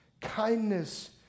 kindness